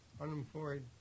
unemployed